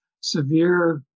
severe